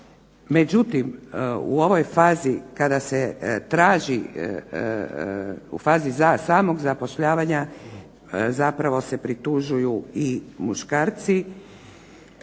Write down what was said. međutim, u ovoj fazi kada se traži, u fazi samog zapošljavanja zapravo se pritužuju muškarci